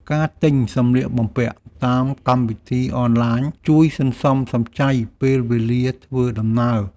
ការទិញសម្លៀកបំពាក់តាមកម្មវិធីអនឡាញ ជួយសន្សំសំចៃពេលវេលាធ្វើដំណើរ។